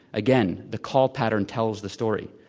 again, the call patt ern tells the story.